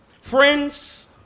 Friends